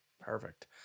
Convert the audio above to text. Perfect